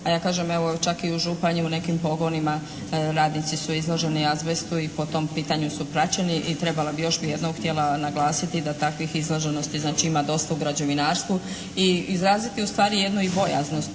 a ja kažem evo čak i u Županji u nekim pogonima radnici su izloženi azbestu i po tom pitanju su praćeni i trebala bih, još bih jednom htjela naglasiti da takvih izloženosti znači ima dosta u građevinarstvu i izraziti u stvari jednu i bojaznost.